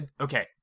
Okay